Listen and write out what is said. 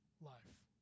life